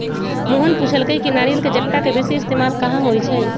मोहन पुछलई कि नारियल के जट्टा के बेसी इस्तेमाल कहा होई छई